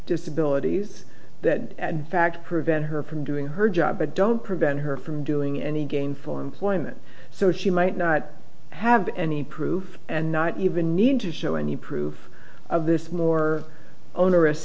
disabilities that fact prevent her from doing her job but don't prevent her from doing any gainful employment so cheap might not have any proof and not even need to show any proof of this more onerous